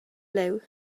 liw